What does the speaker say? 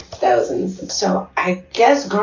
thousands so i guess.